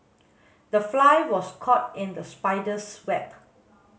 the fly was caught in the spider's web